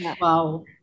Wow